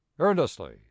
earnestly